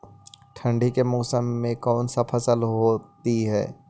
ठंडी के मौसम में कौन सा फसल होती है?